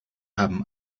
haben